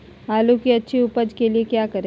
आलू की अच्छी उपज के लिए क्या करें?